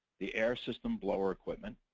the air system blower equipment.